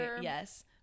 Yes